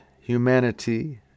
humanity